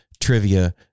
trivia